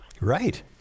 right